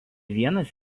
vienas